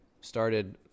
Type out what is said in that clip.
Started